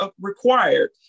required